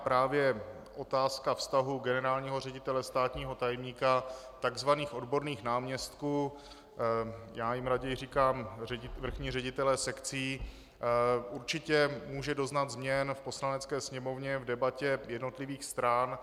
A právě otázka vztahu generálního ředitele, státního tajemníka, tzv. odborných náměstků, já jim raději říkám vrchní ředitelé sekcí, určitě může doznat změn v Poslanecké sněmovně v debatě jednotlivých stran.